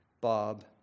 Bob